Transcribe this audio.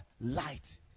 light